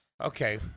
Okay